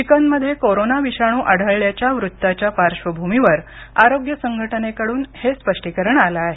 chicken मध्ये corona विषाणू आढळल्याच्या वृत्ताच्या पार्श्वभूमीवर आरोग्य संघटनेकडून हे स्पष्टीकरण आलं आहे